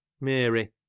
Mary